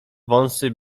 wąsy